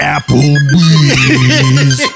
Applebee's